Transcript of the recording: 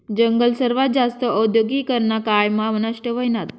जंगल सर्वात जास्त औद्योगीकरना काळ मा नष्ट व्हयनात